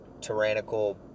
tyrannical